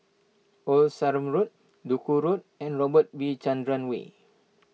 Old Sarum Road Duku Road and Robert V Chandran Way